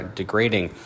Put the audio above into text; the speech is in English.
degrading